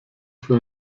für